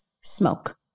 smoke